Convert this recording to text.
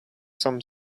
some